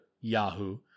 Yahoo